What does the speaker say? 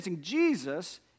Jesus